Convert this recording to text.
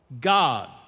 God